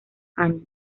años